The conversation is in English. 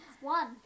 one